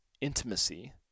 intimacy